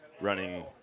running